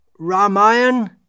Ramayan